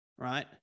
right